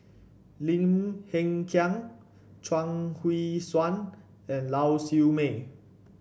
Lim Hng Kiang Chuang Hui Tsuan and Lau Siew Mei